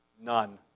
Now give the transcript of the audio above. None